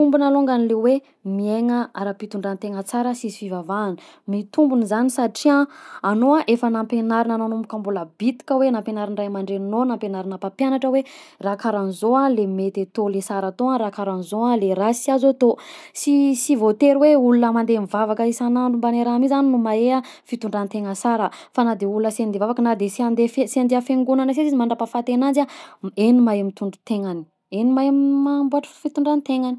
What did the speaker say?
Mitombina alongany le hoe miaigna ara-pitondrantena tsara sisy fivavahana, mitombina zany satria anao a efa nampianarina nanomboka mbola bitika hoe, nampianarin-dray aman-dreninao, nampianarina mpampianatra hoe raha karahan'izao le mety atao le sara atao, raha karahanzao a le raha sy azo atao, sy sy voatery hoe olona mandeha mivavaka isan'andro mbana raha mi zany no mahe a fitondrantena sara fa na de olona sy andeha mivavaka, na de sy andeha fi- sy andeha fiangonana si izy mandram-pahafaty ananjy a hegny mahay mitondra tegnany hegny mahay mamboatry fitondrantegnany.